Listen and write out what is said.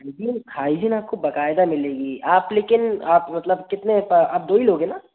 हाँ जी हाइजिन आपको बिल्कुल बाक़अयदा मिलेगी आप लेकिन आप मतलब कितने क आप दो ही लोग हैं ना